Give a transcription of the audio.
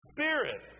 Spirit